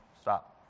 Stop